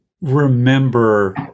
remember